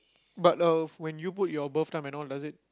but uh when you put your birth time and all does it